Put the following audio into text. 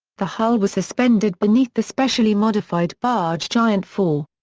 the hull was suspended beneath the specially modified barge giant four.